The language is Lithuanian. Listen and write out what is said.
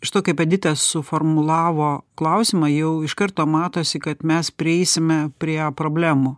iš to kaip edita suformulavo klausimą jau iš karto matosi kad mes prieisime prie problemų